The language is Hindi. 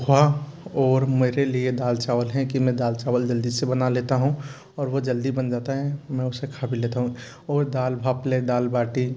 पोहा और मेरे लिए दाल चावल है कि मैं दाल चावल जल्दी से बना लेता हूँ और वो जल्दी बन जाता है मै उसे कहा भी लेता हूँ और दाल भापले दाल बाटी